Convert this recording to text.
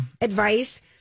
Advice